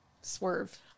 swerve